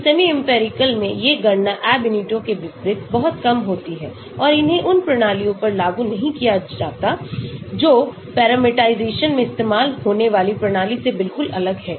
तो semi empirical में ये गणना Ab initio के विपरीत बहुत कम होती हैं और इन्हें उन प्रणालियों पर लागू नहीं किया जाता जो पैरामीटराइजेशन में इस्तेमाल होने वाले प्रणाली से बिलकुल अलग हैं